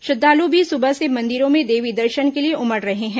श्रद्वालु भी सुबह से मंदिरों में देवी दर्शन के लिए उमड़ रहे हैं